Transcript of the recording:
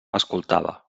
escoltava